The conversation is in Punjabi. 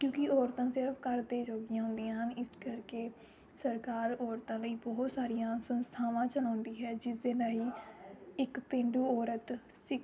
ਕਿਉਂਕਿ ਔਰਤਾਂ ਸਿਰਫ਼ ਘਰ ਦੇ ਜੋਗੀਆਂ ਹੁੰਦੀਆਂ ਹਨ ਇਸ ਕਰਕੇ ਸਰਕਾਰ ਔਰਤਾਂ ਲਈ ਬਹੁਤ ਸਾਰੀਆਂ ਸੰਸਥਾਵਾਂ ਚਲਾਉਂਦੀ ਹੈ ਜਿਸਦੇ ਲਈ ਇੱਕ ਪੇਂਡੂ ਔਰਤ ਸਿਖ